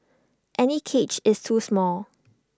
any cage is too small